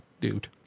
dude